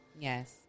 Yes